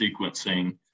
sequencing